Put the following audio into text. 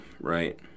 Right